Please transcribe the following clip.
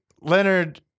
Leonard